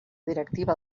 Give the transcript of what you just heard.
directiva